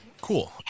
Cool